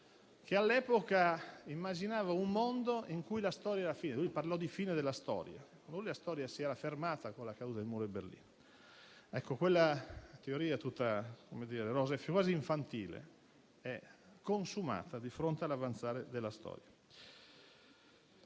che all'epoca immaginava un mondo in cui la storia era finita. Lui parlò di fine della storia, cioè per lui la storia si era fermata con la caduta del muro di Berlino. Quella teoria è quasi infantile e si è consumata di fronte all'avanzare della storia.